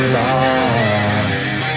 lost